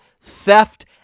theft